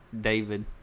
David